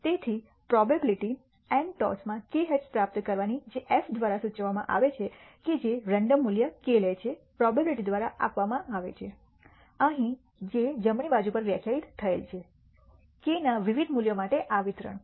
તેથી probability n ટોસમાં k heads પ્રાપ્ત કરવાની જે f દ્વારા સૂચવવામાં આવે છે કે જે રેન્ડમ મૂલ્ય k લે છે પ્રોબેબીલીટી દ્વારા આપવામાં આવે છે જે અહીં જમણી બાજુ પર વ્યાખ્યાયિત થયેલ છે k ના વિવિધ મૂલ્યો માટે આ વિતરણ